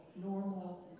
normal